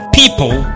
people